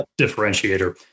differentiator